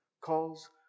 calls